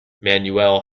manuel